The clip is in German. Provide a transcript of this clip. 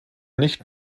nicht